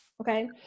Okay